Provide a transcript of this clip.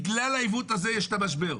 רק בגלל העיוות הזה.